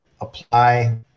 apply